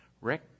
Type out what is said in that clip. Rick